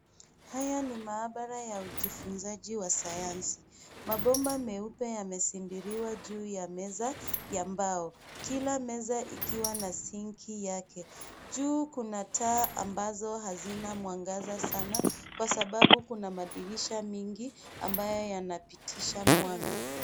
Haya ni maabara ya ujifunzaji wa sayansi. Mabomba meupe yasindiliwa juu ya meza ya mbao. Kila meza ikiwa na sinki yake. Juu kuna taa ambazo hazina mwangaza sana kwa sababu kuna madirisha mengi ambayo yanapitisha mwanga.